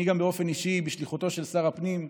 גם אני, באופן אישי, בשליחותו של שר הפנים,